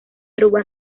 aruba